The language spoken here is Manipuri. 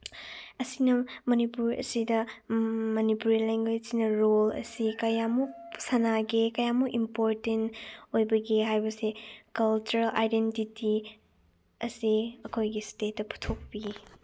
ꯑꯁꯤꯅ ꯃꯅꯤꯄꯨꯔ ꯑꯁꯤꯗ ꯃꯅꯤꯄꯨꯔꯤ ꯂꯦꯡꯒ꯭ꯋꯦꯁꯁꯤꯅ ꯔꯣꯜ ꯑꯁꯤ ꯀꯌꯥꯃꯨꯛ ꯁꯥꯟꯅꯒꯦ ꯀꯌꯥꯃꯨꯛ ꯏꯝꯄꯣꯔꯇꯦꯟ ꯑꯣꯏꯕꯒꯦ ꯍꯥꯏꯕꯁꯤ ꯀꯜꯆꯔ ꯑꯥꯏꯗꯦꯟꯇꯤꯇꯤ ꯑꯁꯤ ꯑꯩꯈꯣꯏꯒꯤ ꯏꯁꯇꯦꯠꯇ ꯄꯨꯊꯣꯛꯄꯤ